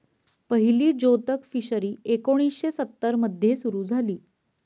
पहिली जोतक फिशरी एकोणीशे सत्तर मध्ये सुरू झाली